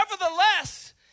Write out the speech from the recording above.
Nevertheless